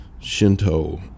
Shinto